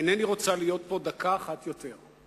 אינני רוצה להיות פה דקה אחת יותר.